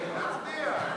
נתקבלה.